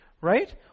right